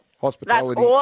Hospitality